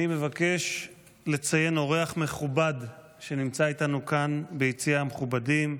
אני מבקש לציין אורח מכובד שנמצא איתנו כאן ביציע המכובדים,